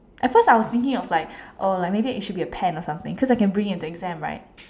at first I was thinking of like oh like maybe it should be a pen or something cause I can bring it to exam right